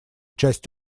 часть